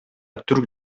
түрк